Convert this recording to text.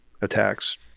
attacks